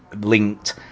linked